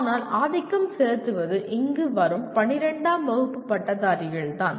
ஆனால் ஆதிக்கம் செலுத்துவது இங்கு வரும் 12 ஆம் வகுப்பு பட்டதாரிகள் தான்